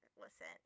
listen